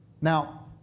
Now